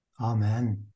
amen